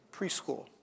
Preschool